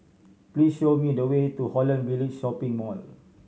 please show me the way to Holland Village Shopping Mall